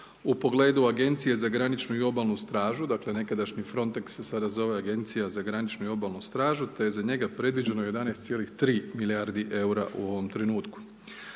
u pogledu Agencije za graničnu i obalnu stražu, dakle nekadašnji FRONTEX se sada zove Agencija za graničnu i obalu stražu te je za njega predviđeno 11,3 milijardi EUR-a u ovom trenutku,